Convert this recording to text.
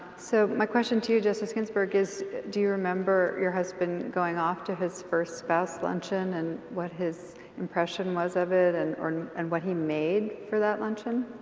so my question to you justice ginsburg is do you remember your husband going off to his first spouse luncheon and what his impression was of it and and what he made for that luncheon?